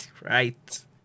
Right